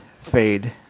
fade